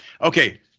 Okay